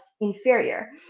inferior